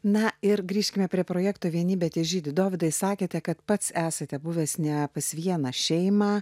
na ir grįžkime prie projekto vienybė težydi dovydai sakėte kad pats esate buvęs ne pas vieną šeimą